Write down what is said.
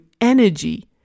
energy